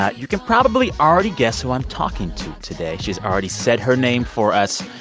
ah you can probably already guess who i'm talking to today. she's already said her name for us,